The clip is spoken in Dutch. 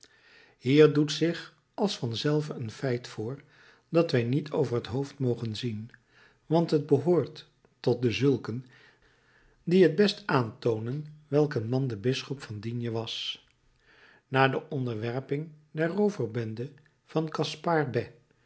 hier doet zich als van zelve een feit voor dat wij niet over t hoofd mogen zien want t behoort tot dezulken die het best aantoonen welk een man de bisschop van d was na de onderwerping der rooverbende van gaspard